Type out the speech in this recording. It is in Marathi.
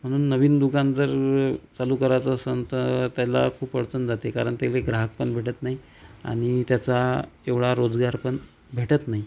म्हणून नवीन दुकान जर चालू करायचं असंन तर त्याला खूप अडचण जाते कारण त्याला ग्राहकपण भेटत नाही आणि त्याचा एवढा रोजगारपण भेटत नाही